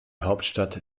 hauptstadt